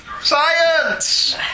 Science